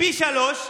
פי שלושה,